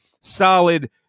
Solid